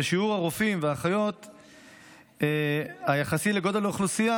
ושיעור הרופאים והאחיות היחסי לגודל האוכלוסייה